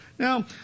Now